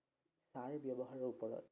ছাঁৰ ব্যৱহাৰৰ ওপৰত